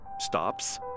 stops